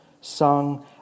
sung